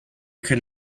could